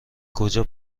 کجا